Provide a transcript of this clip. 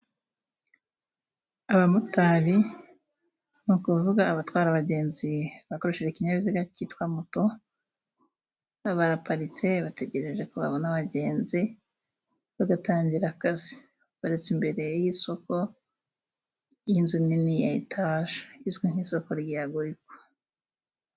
Abamotari ni ukuvuga abatwara abagenzi bakoresheje ikinyabiziga cyitwa moto, baraparitse bategereje ko babona abagenzi bagatangira akazi. Baparitse imbere y'isoko, y'inzu nini ya etaje izwi nk'isoko rya Goyiko.